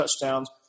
touchdowns